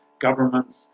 governments